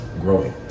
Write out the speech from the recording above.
growing